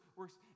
works